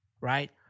right